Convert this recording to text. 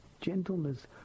gentleness